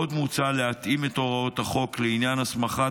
עוד מוצע להתאים את הוראות החוק לעניין הסמכת